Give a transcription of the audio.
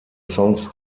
songs